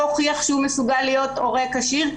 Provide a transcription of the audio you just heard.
להוכיח שהוא מסוגל להיות הורה כשיר,